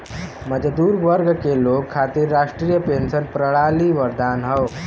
मजदूर वर्ग के लोग खातिर राष्ट्रीय पेंशन प्रणाली वरदान हौ